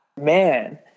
man